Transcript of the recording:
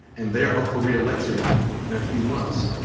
and they're up for reelection in a few months.